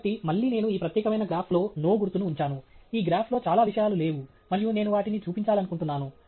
కాబట్టి మళ్ళీ నేను ఈ ప్రత్యేకమైన గ్రాఫ్లో NO గుర్తును ఉంచాను ఈ గ్రాఫ్లో చాలా విషయాలు లేవు మరియు నేను వాటిని చూపించాలనుకుంటున్నాను